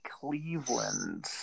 Cleveland